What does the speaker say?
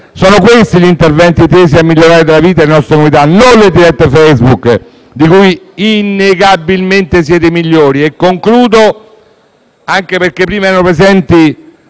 Sono questi gli interventi tesi a migliorare la vita delle nostre comunità, non le dirette Facebook, di cui siete innegabilmente i migliori.